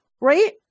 right